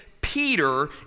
Peter